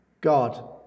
god